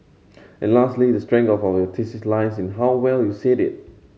and lastly the strength of your thesis lies in how well you said it